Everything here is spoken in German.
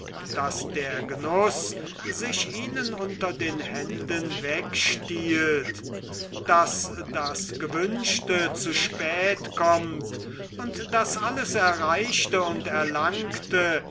daß der genuß sich ihnen unter den händen wegstiehlt daß das gewünschte zu spät kommt und daß alles erreichte und erlangte